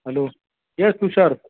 hello yes Tushar